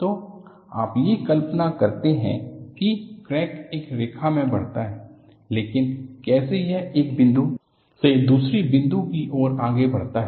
तो आप ये कल्पना करते है की क्रैक एक रेखा मे बढ़ता है लेकिन कैसे यह एक बिंदु से दूसरे बिंदु की ओर आगे बढ़ता है